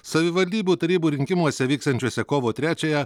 savivaldybių tarybų rinkimuose vyksiančiuose kovo trečiąją